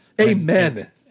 Amen